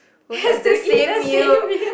will have the same meal